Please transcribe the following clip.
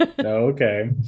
Okay